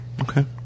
Okay